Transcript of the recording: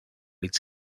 its